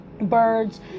birds